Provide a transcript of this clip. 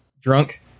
Drunk